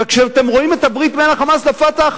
וכשאתם רואים את הברית בין ה"חמאס" ל"פתח",